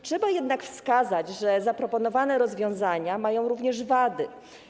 Trzeba jednak wskazać, że zaproponowane rozwiązania mają również wady.